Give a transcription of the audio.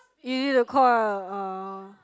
you need to call a uh